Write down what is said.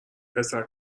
پسر